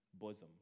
bosom